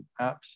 apps